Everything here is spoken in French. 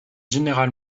général